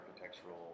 architectural